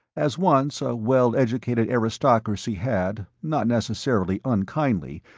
as once a well-educated aristocracy had, not necessarily unkindly,